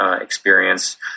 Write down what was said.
experience